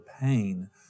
pain